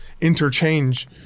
interchange